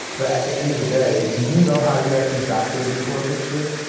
but at the end of the day do you know how you actually got to the before picture,